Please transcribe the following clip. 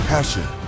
Passion